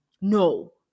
No